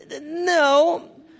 No